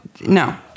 No